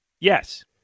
Yes